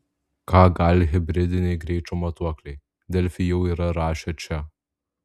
ką gali hibridiniai greičio matuokliai delfi jau yra rašę čia